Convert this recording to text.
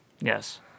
Yes